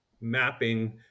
mapping